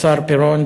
לשר פירון,